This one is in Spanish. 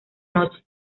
noche